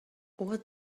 what